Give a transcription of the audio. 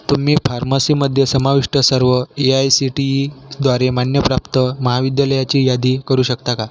तुम्ही फार्मसीमध्ये समाविष्ट सर्व ए आय सी टी ईद्वारे मान्यप्राप्त महाविद्यालयाची यादी करू शकता का